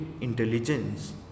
intelligence